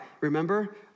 Remember